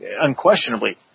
unquestionably